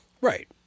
Right